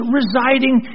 residing